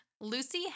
Lucy